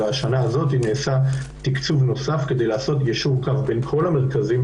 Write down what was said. אלא השנה הזאת נעשה תקצוב נוסף כדי לעשות יישור קו בין כל המרכזים,